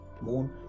Moon